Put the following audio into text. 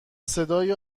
صدای